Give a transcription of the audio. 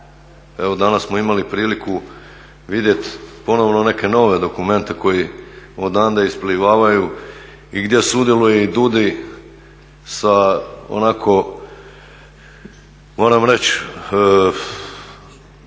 Evo danas smo imali priliku vidjeti ponovo neke nove dokumente koji odande isplivavaju i gdje sudjeluje i DUDI sa onako moram reći